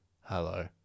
hello